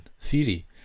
theory